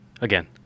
Again